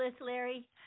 Larry